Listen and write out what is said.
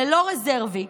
ללא רזרבי,